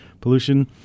pollution